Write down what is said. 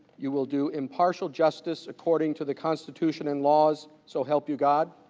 you will do impartial justice according to the constitution and laws, so help you gone?